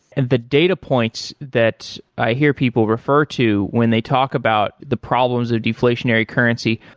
and the data points that i hear people refer to when they talk about the problems of deflationary currency,